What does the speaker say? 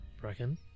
Bracken